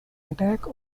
attack